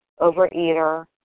overeater